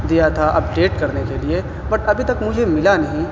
دیا تھا اپڈیٹ کرنے کے لیے بٹ ابھی تک مجھے ملا نہیں